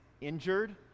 injured